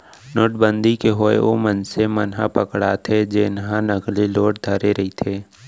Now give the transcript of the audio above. नोटबंदी के होय ओ मनसे मन ह पकड़ाथे जेनहा नकली नोट धरे रहिथे